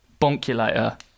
bonculator